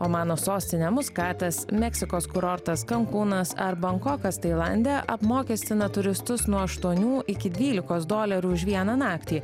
omano sostinė muskatas meksikos kurortas kankunas ar bankokas tailande apmokestina turistus nuo aštuonių iki dvylikos dolerių už vieną naktį